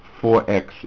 4x